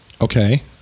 Okay